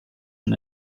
und